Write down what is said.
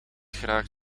graag